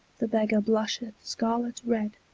the begger blusheth scarlet red,